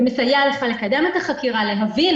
זה מסייע לך לקדם את החקירה, להבין